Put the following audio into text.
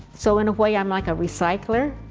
so, in a way, i'm like a recycler.